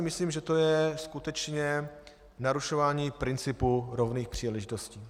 Myslím, že to je skutečně narušování principu rovných příležitostí.